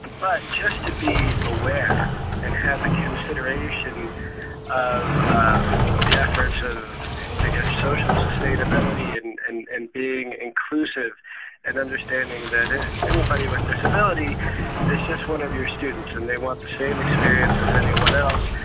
but just to be aware and have the consideration of the efforts of social sustainability and and being inclusive and understanding that anybody with disability is just one of your students. and they want the same experience as anyone else.